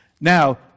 Now